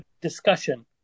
discussion